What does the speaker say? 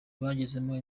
bagezemo